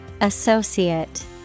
Associate